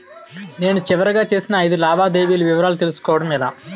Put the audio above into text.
నేను చివరిగా చేసిన ఐదు లావాదేవీల వివరాలు తెలుసుకోవటం ఎలా?